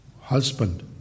husband